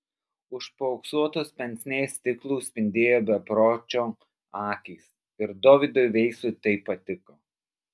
už paauksuotos pensnė stiklų spindėjo bepročio akys ir dovydui veisui tai patiko